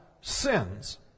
sins